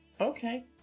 Okay